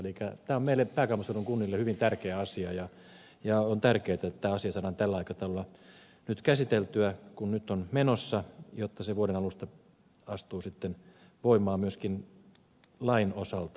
tämä on meille pääkaupunkiseudun kunnille hyvin tärkeä asia ja on tärkeätä että tämä asia saadaan nyt käsiteltyä tällä aikataululla joka nyt on jotta se vuoden alusta astuu sitten voimaan myöskin lain osalta